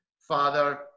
father